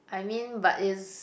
I mean but is